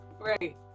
Right